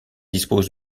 dispose